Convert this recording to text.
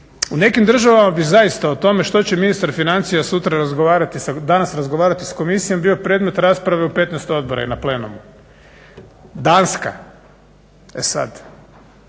U nekim državama bi zaista o tome što će ministar financija sutra razgovarati, danas razgovarati sa komisijom bio predmet rasprave u 15 odbora i na plenumu. Danska, e sad,